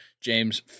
James